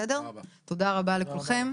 תודה רבה לכולכם.